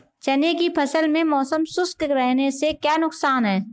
चने की फसल में मौसम शुष्क रहने से क्या नुकसान है?